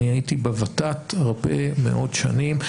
אני הייתי בוות"ת הרבה מאוד שנים,